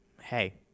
hey